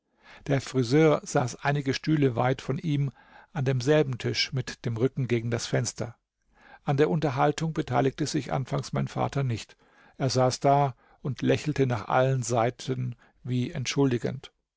der friseur saß einige stühle weit von ihm an demselben tisch mit dem rücken gegen das fenster an der unterhaltung beteiligte sich anfangs mein vater nicht er saß da und lächelte nach allen seiten wie entschuldigend